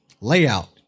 Layout